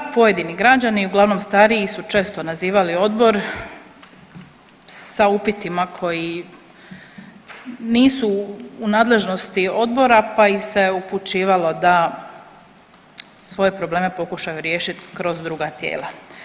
Pojedini građani, uglavnom stariji su često nazivali odbor sa upitima koji nisu u nadležnosti odbora pa ih se upućivalo da svoje probleme pokušaju riješiti kroz druga tijela.